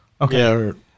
okay